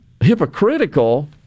hypocritical